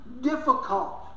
difficult